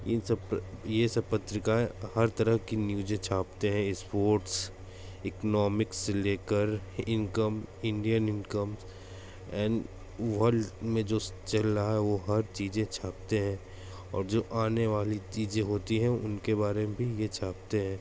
इन सब यह सब पत्रिकाएँ हर तरह की न्यूज़े छापतें हैं स्पोर्ट्स इकोनॉमिक्स से लेकर income Indian income and world में जो चल रहा है वह हर चीज़ें छापतें हैं और जो आने वाली चीज़ें होती हैं उनके बारे में भी यह छापते हैं